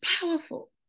powerful